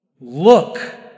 Look